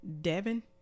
Devin